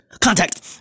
Contact